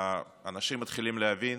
אנשים מתחילים להבין